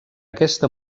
aquesta